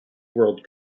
world